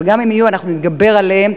אבל גם אם יהיו אנחנו נתגבר עליהם,